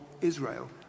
Israel